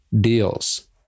deals